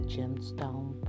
Gemstone